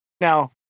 Now